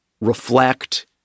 reflect